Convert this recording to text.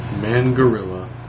Man-gorilla